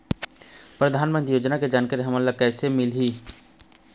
परधानमंतरी योजना के जानकारी हमन ल कइसे मिलही?